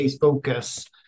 focus